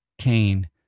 Cain